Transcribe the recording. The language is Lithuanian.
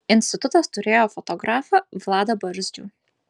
institutas turėjo fotografą vladą barzdžių